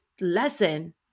lesson